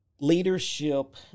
leadership